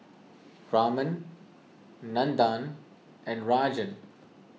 Raman Nandan and Rajan